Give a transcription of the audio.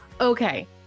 Okay